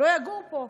לא יגור פה,